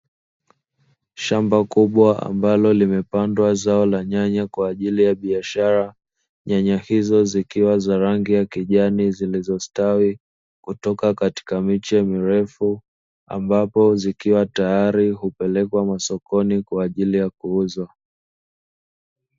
Shamba kubwa ambalo limepandwa zao la nyanya kwa ajili ya biashara, nyanya hizo zikiwa za rangi ya kijani zilizositawi kutoka katika miche mirefu, ambapo zikiwa tayari hupelekwa masokoni kwa ajili ya kuuzwa.